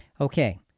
Okay